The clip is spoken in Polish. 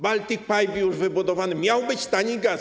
Baltic Pipe wybudowany, miał być tani gaz.